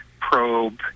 probe